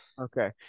Okay